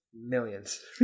millions